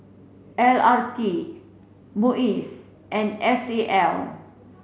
L R T MUIS and S A L